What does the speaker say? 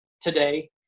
today